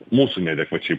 mūsų neadekvačiai